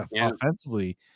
offensively